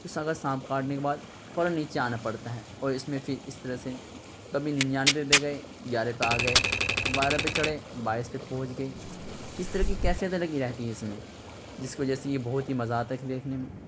تو سگا سانپ کاٹنے کے بعد فوراً نیچے آنا پڑتا ہے اور اس میں پھر اس طرح سے کبھی ننانوے پہ گئے گیارہ پہ آ گئے بارہ پہ چڑھے بائیس پہ پہنچ گئے اس طرح کی کیفیت الگ ہی رہتی ہے اس میں جس کی وجہ سے یہ بہت ہی مزا آتا ہے اسے دیکھنے میں